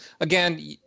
Again